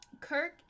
Kirk